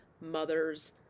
mothers